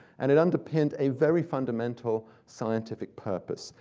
and it underpinned a very fundamental scientific purpose.